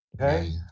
okay